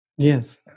Yes